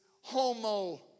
homo